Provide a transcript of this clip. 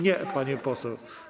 Nie, pani poseł.